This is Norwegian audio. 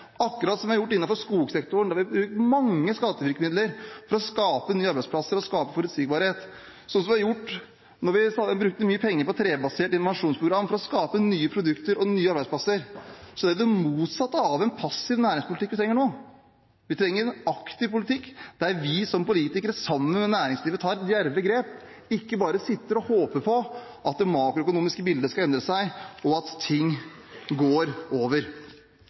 akkurat som vi har gjort innenfor skogsektoren, der vi har brukt mange skattevirkemidler for å skape nye arbeidsplasser og skape forutsigbarhet, sånn som vi gjorde da vi brukte mye penger på trebasert innovasjonsprogram for å skape nye produkter og nye arbeidsplasser. Det er det motsatte av en passiv næringspolitikk vi trenger nå. Vi trenger en aktiv politikk der vi som politikere sammen med næringslivet tar djerve grep og ikke bare sitter og håper på at det makroøkonomiske bildet skal endre seg, og at ting går over.